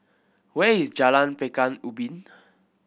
where is Jalan Pekan Ubin